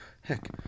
heck